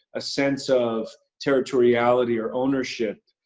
a sense of territoriality or ownership.